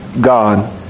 God